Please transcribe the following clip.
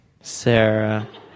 Sarah